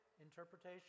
interpretation